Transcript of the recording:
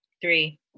Three